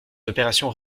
opérations